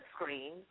screen